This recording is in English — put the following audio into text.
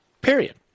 Period